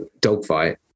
dogfight